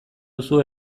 duzu